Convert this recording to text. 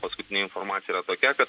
paskutinė informacija yra tokia kad